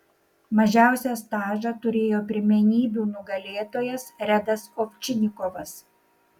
mažiausią stažą turėjo pirmenybių nugalėtojas redas ovčinikovas